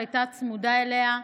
שהייתה צמודה אליה,